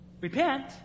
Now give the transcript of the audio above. Repent